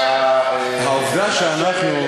העובדה שאנחנו,